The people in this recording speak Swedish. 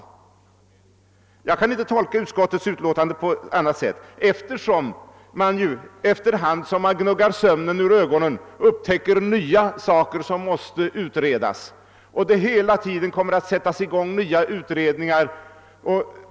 Utskottets utlåtande kan faktiskt inte tolkas på annat sätt då man nu, efter hand som man gnuggar sömnen ur ögonen, upptäcker nya saker som måste utredas och det hela tiden kommer att sättas i gång nya utredningar.